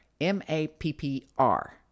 M-A-P-P-R